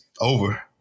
over